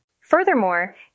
Furthermore